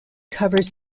covers